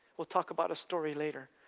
we'll talk about a story later,